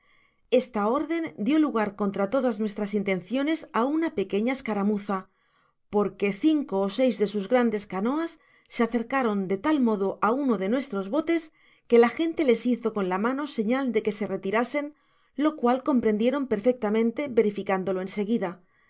esta orden dio lugar contra todas nuestras intenciones á una pequeña esoaramuza porque cinco ó seis de sus grandes canoas se acercaron de tal modo á uno de nuestros botes que la gente les hizo con la mano señal de que se retirasen lo cual comprendieron perfectamente verificándolo en seguida